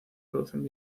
producen